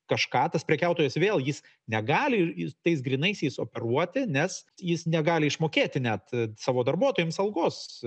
kažką tas prekiautojas vėl jis negali ir jis tais grynaisiais operuoti nes jis negali išmokėti net a savo darbuotojams algos